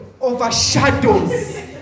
overshadows